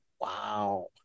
Wow